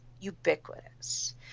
ubiquitous